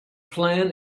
plan